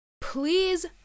please